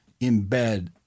embed